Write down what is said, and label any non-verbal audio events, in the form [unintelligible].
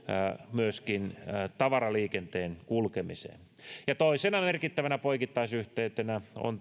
myöskin tavaraliikenteen kulkemiseen toisena merkittävänä poikittaisyhteytenä on [unintelligible]